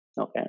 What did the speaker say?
Okay